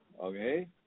okay